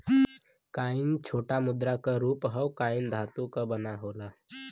coin छोटा मुद्रा क रूप हौ कॉइन धातु क बना होला